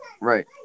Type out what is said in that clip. Right